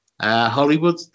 Hollywood